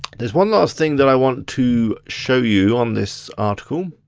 there's one last thing that i want to show you on this article.